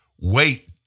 wait